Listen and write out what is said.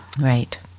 right